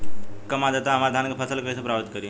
कम आद्रता हमार धान के फसल के कइसे प्रभावित करी?